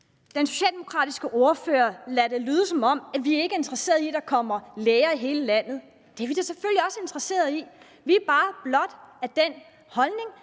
Den socialdemokratiske ordfører får det til at lyde, som om vi ikke er interesseret i, at der kommer læger i hele landet. Det er vi da selvfølgelig også interesseret i. Vi er bare af den holdning,